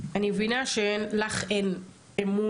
אני מבינה שלך אין אמון,